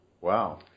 Wow